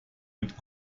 mit